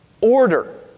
order